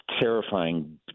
terrifying